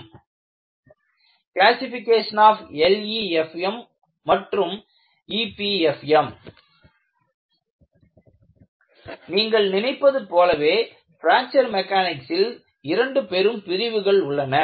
Classification of LEFM and EPFM classification of LEFM மற்றும் EPFM நீங்கள் நினைப்பது போலவே பிராக்ச்சர் மெக்கானிக்ஸில் இரண்டு பெரும் பிரிவுகள் உள்ளன